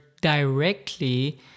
directly